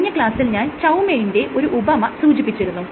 കഴിഞ്ഞ ക്ലാസ്സിൽ ഞാൻ ചൌമെയ്ന്റെ ഒരു ഉപമ സൂചിപ്പിച്ചിരുന്നു